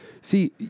See